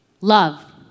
love